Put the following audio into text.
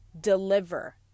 deliver